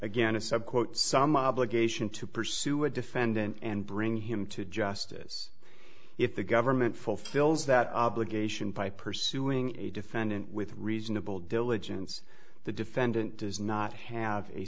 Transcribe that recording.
again a sub quote some obligation to pursue a defendant and bring him to justice if the government fulfills that obligation by pursuing a defendant with reasonable diligence the defendant does not have a